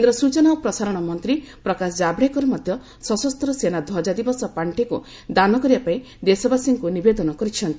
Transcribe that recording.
କେନ୍ଦ୍ର ସୂଚନା ଓ ପ୍ରସାରଣ ମନ୍ତ୍ରୀ ପ୍ରକାଶ ଜାବ୍ଡେକର ମଧ୍ୟ ସଶସ୍ତ ସେନା ଧ୍ୱଜା ଦିବସ ପାଖିକୁ ଦାନ କରିବାପାଇଁ ଦେଶବାସୀଙ୍କୁ ନିବେଦନ କରିଚ୍ଛନ୍ତି